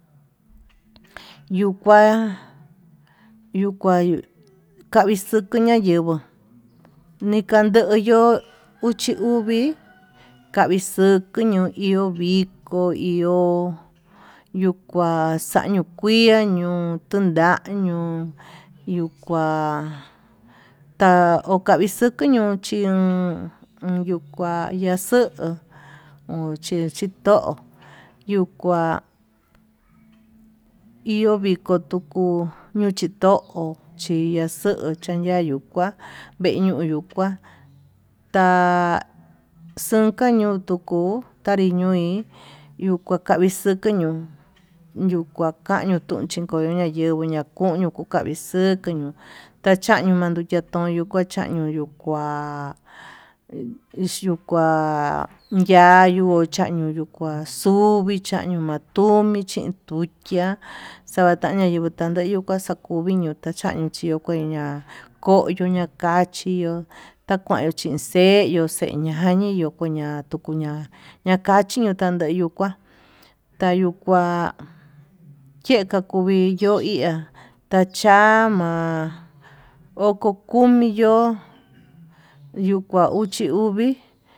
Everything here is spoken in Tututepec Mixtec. Yuu kua yuu kua manikuyu ñayeguó, nikandoyo uxi uvii tavikoxo no iho viko iho yuu kua xañio ian ñuu tunda ñuu yuu kua tamixuku ñuu chin, uun yukua ñaxuu ho chi chito yuu kua iho viko yuku iho chito'o chinyaxu taya yuu kua veñuu yuu kua ta'a, xunka ñuu tuku kanri ñoí yuu kavi xuku ño'o yuu kuan kañuu tachikoño ña'a yenguó ña'a koño kuu kavii xuku ño'o, tachañio mandukia chuñu tachaño yuu kua exyukuá yayuu chanio yuu kuá chañio matuvi chañio michindukia xavantaña yuu tandaña yuu kuaxakuvi machan tañuu, chio kueña kovo makachí chi iho takayu chinxeyuu xeñañi yukuña yuku ña'a nakachi kutandeyu kuá tayuukua yeka kuvi yo'ó iha tachama'a oko komi yo'ó yuu kua uchi uvii.